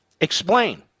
explain